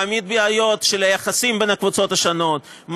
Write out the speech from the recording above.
הוא מעמיד בעיות ביחסים בין הקבוצות השונות,